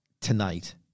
tonight